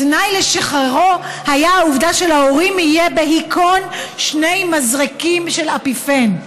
התנאי לשחררו היה שלהורים יהיו בהיכון שני מזרקים של אפיפן,